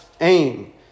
aim